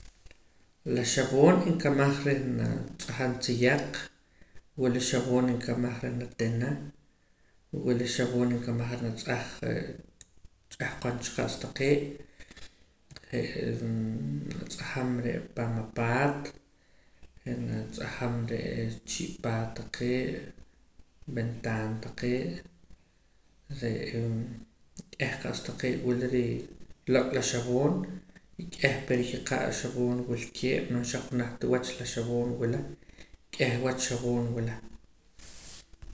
La xab'oon nkamaj reh naa tz'ajam tziyaq wula xab'oon nkamaj reh natina wula xab'oon nkamaj ar natz'aj ch'ahqon cha qa's taqee' natz'ajam ree' paam apaat re' natz'ajam re'ee chii' paat taqee' wentaana taqee' re'ee k'eh qa'sa taqee' wula re'ee lok' la laxab'oon y k'eh periki qa' xab'oon wilkee' man xajunaj ta wach la xab'oon wula k'eh wach xab'oon wula